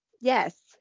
yes